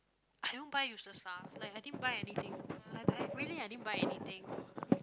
I don't buy useless stuff like I didn't buy anything I I really I didn't buy anything